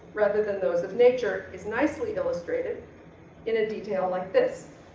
rather than those of nature, is nicely illustrated in a detail like this.